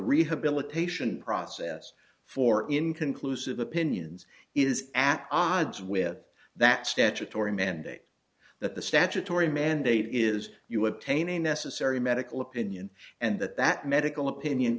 rehabilitation process for inconclusive opinions is at odds with that statutory mandate that the statutory mandate is you would taint a necessary medical opinion and that that medical opinion